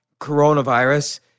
coronavirus